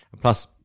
Plus